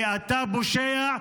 כי אתה פושע,